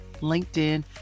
LinkedIn